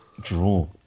Draw